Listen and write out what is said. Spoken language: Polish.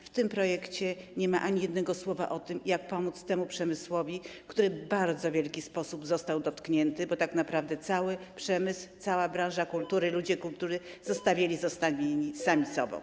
W tym projekcie nie ma ani jednego słowa o tym, jak pomóc temu przemysłowi, który w bardzo wielki sposób został dotknięty, bo tak naprawdę cały przemysł, cała branża kultury, ludzie kultury zostali zostawieni sami sobie.